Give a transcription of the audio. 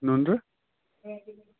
نُنرٕ